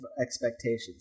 expectations